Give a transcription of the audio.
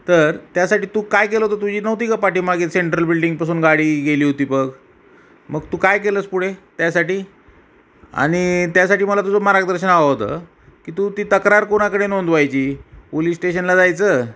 तर त्यासाठी तू काय केलं होतं तुझी नव्हती का पाठीमागे सेंट्रल बिल्डिंगपासून गाडी गेली होती बघ मग तू काय केलं आहेस पुढे त्यासाठी आणि त्यासाठी मला तुझं मार्गदर्शन हवं होतं की तू ती तक्रार कोणाकडे नोंदवायची पोलीस स्टेशनला जायचं